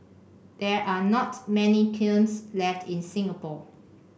there are not many kilns left in Singapore